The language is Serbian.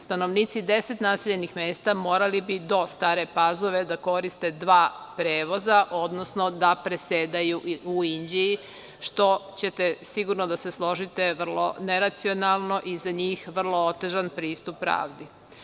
Stanovnici 10 naseljenih mesta morali bi do Stare Pazove da koriste dva prevoza, odnosno da presedaju u Inđiji, što je, sigurno ćete se složiti, vrlo neracionalno i za njih je to vrlo otežan pristup pravdi.